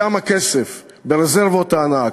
שם הכסף, ברזרבות הענק.